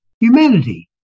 humanity